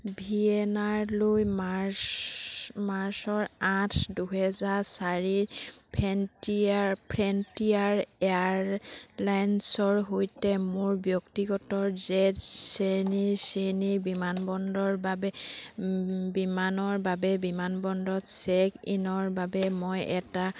ভিয়েনাৰলৈ March মাৰ্চৰ আঠ দুহেজাৰ চাৰিত ফ্ৰেণ্টিয়াৰ ফেন্টিয়াৰ এয়াৰলাইন্সৰ সৈতে মোৰ ব্যক্তিগতৰ জেট শ্ৰেণী শ্ৰেণীৰ বিমানবন্দৰৰ বাবে বিমানৰ বাবে বিমানবন্দৰত চেক ইনৰ বাবে মই এটা